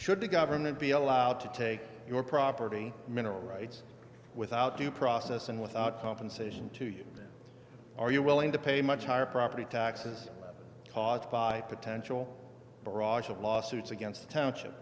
should the government be allowed to take your property mineral rights without due process and without compensation to you are you willing to pay much higher property taxes caused by potential barrage of lawsuits against the township